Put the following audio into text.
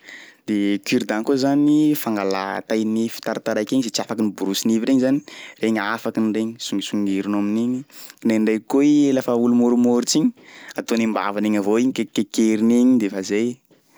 De cure dent koa zany fangalà tay nify tarataraiky igny zay tsy afaky ny brosy nify regny zany, regny afakiny regny songisongirinao amin'igny kindraindraiky koa i lafa olo môrimôritsy igny ataony am-bavany agny avao igny kekikekeriny egny igny de fa zay.